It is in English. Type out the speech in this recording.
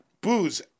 booze